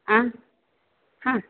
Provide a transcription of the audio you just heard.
आं